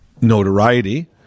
notoriety